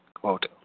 quote